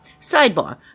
Sidebar